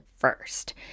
First